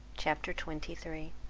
chapter twenty three